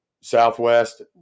Southwest